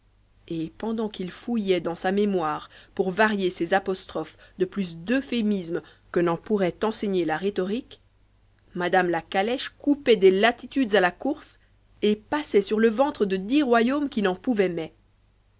et pendant qu'il fouillait dans sa mémoire pour varier ses apostrophes de plus d'euphémismes que n'en pourrait enseigner la rhétorique madame la calèche coupait des latitudes à la course et passait sur le ventre de dix royaumes qui n'en pouvaient